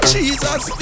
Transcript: Jesus